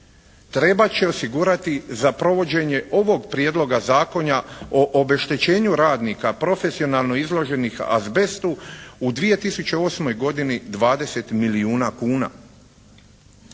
Trebat će osigurati za provođenje ovog Prijedloga zakona o obeštećenju radnika profesionalno izloženih azbestu u 2008. godini 20 milijuna kuna.